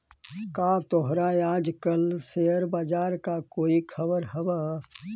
का तोहरा आज कल शेयर बाजार का कोई खबर हवअ